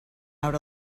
out